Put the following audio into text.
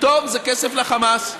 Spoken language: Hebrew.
פתאום זה כסף לחמאס.